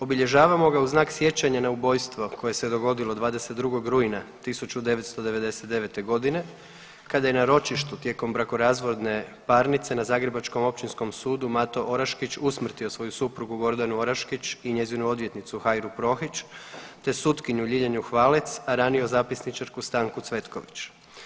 Obilježavamo ga u znak sjećanja na ubojstvo koje se dogodilo 22. rujna 1999.g. kada je na ročištu tijekom brakorazvodne parnice na zagrebačkom Općinskom sudu Mato Oraškić usmrtio svoju suprugu Gordanu Oraškić i njezinu odvjetnicu Hajru Prohić te sutkinju Ljiljanu Hvalec, a ranio zapisničarku Stanku Cvetković.